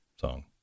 song